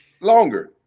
Longer